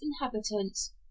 inhabitants